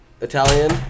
Italian